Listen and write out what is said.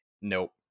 Nope